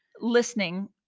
listening